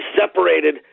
separated